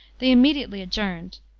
they immediately adjourned.